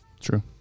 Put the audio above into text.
true